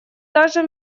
даже